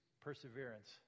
perseverance